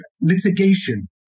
litigation